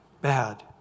Bad